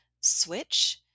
Switch